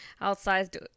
outside